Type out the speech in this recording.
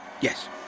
yes